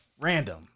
Random